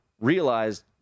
realized